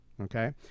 okay